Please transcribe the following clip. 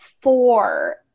four